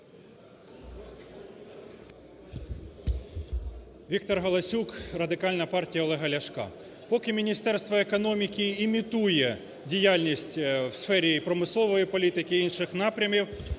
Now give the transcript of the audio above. Віктор Галасюк, Радикальна партія Олега Ляшка. Поки Міністерство економіки імітує діяльність у сфері промислової політики і інших напрямів,